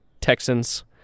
Texans